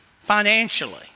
Financially